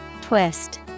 Twist